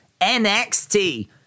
nxt